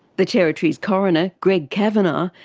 the territory's coroner, greg cavanagh,